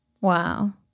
Wow